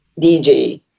DJ